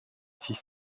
dix